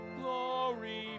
Glory